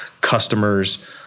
customers